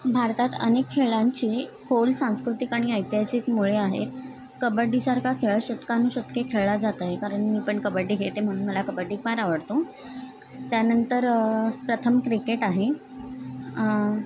भारतात अनेक खेळांची खोल सांस्कृतिक आणि ऐतिहासिकमुळे आहेत कबड्डीसारखा खेळ शतकानु शतके खेळल्या जात आहे कारण मी पण कबड्डी घेते म्हणून मला कबड्डी फार आवडतो त्यानंतर प्रथम क्रिकेट आहे